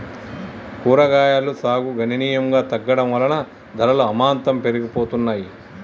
కూరగాయలు సాగు గణనీయంగా తగ్గడం వలన ధరలు అమాంతం పెరిగిపోతున్నాయి